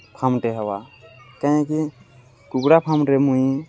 ଫାର୍ମ୍ଟେ ହେବା କାହିଁକି କୁକୁଡ଼ା ଫାର୍ମ୍ରେ ମୁଇଁ